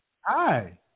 hi